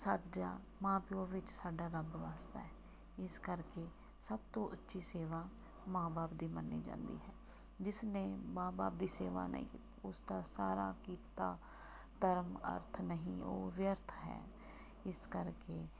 ਸਾਡਾ ਮਾਂ ਪਿਓ ਵਿੱਚ ਸਾਡਾ ਰੱਬ ਵਸਦਾ ਇਸ ਕਰਕੇ ਸਭ ਤੋਂ ਅੱਛੀ ਸੇਵਾ ਮਾਂ ਬਾਪ ਦੀ ਮੰਨੀ ਜਾਂਦੀ ਹੈ ਜਿਸਨੇ ਮਾਂ ਬਾਪ ਦੀ ਸੇਵਾ ਨਹੀਂ ਕੀਤੀ ਉਸਦਾ ਸਾਰਾ ਕੀਤਾ ਧਰਮ ਅਰਥ ਨਹੀਂ ਉਹ ਵਿਅਰਥ ਹੈ ਇਸ ਕਰਕੇ